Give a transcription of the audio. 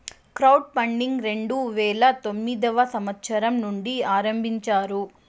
crowd funding రెండు వేల తొమ్మిదవ సంవచ్చరం నుండి ఆరంభించారు